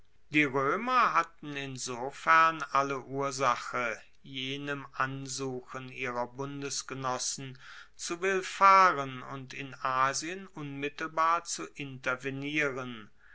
die roemer hatten insofern alle ursache jenem ansuchen ihrer bundesgenossen zu willfahren und in asien unmittelbar zu intervenieren